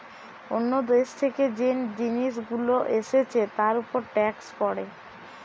অন্য দেশ থেকে যে জিনিস গুলো এসছে তার উপর ট্যাক্স পড়ে